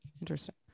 Interesting